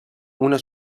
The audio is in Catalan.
una